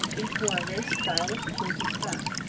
each wore a very stylish pointed cap,